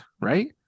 right